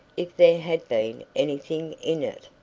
if there had been anything in it.